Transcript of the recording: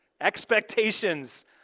Expectations